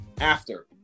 after-